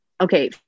okay